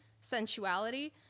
sensuality